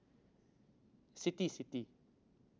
city city